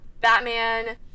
Batman